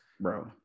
Bro